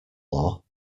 law